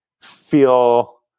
feel